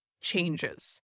changes